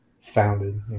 founded